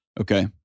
Okay